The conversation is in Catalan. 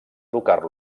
educar